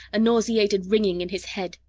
a nauseated ringing in his head.